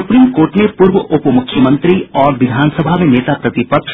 supreme court ने पूर्व उप मुख्यमंत्री